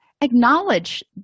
Acknowledge